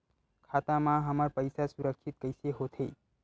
खाता मा हमर पईसा सुरक्षित कइसे हो थे?